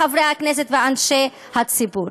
חברי הכנסת ואנשי הציבור.